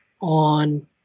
on